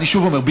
ואני שוב אומר,